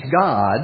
God